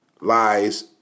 lies